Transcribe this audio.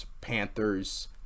Panthers